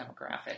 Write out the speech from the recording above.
demographic